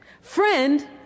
friend